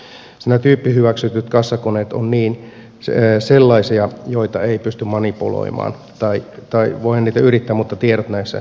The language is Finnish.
siis nämä tyyppihyväksytyt kassakoneet ovat sellaisia joita ei pysty manipuloimaan tai voihan sitä yrittää mutta tiedot näissä kuitenkin säilyvät